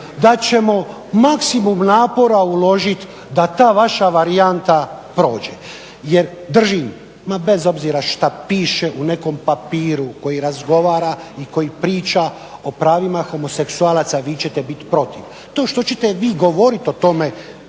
da ćemo maksimum napora uložiti da ta vaša varijanta prođe jer držim ma bez obzira što piše u nekom papiru koji razgovora i koji priča o pravima homoseksualca, vi ćete biti protiv. To što ćete vi govoriti o tome,